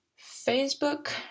Facebook